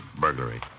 burglary